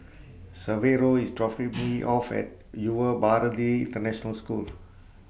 Severo IS dropping Me off At Yuva Bharati International School